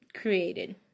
Created